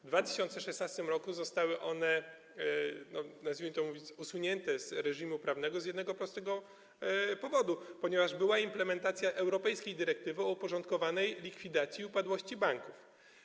W 2016 r. zostały one, nazwijmy to, usunięte z reżimu prawnego z jednego prostego powodu: ponieważ była implementacja europejskiej dyrektywy o uporządkowanej likwidacji i upadłości banków.